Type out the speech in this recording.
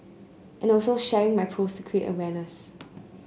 and also sharing my post to create awareness